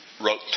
wrote